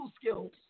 skills